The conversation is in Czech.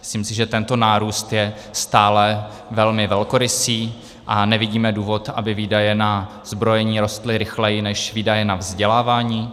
Myslím si, že tento nárůst je stále velmi velkorysý a nevidíme důvod, aby výdaje na zbrojení rostly rychleji než výdaje na vzdělávání.